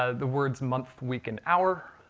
ah the words month, week, and hour,